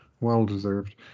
well-deserved